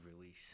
release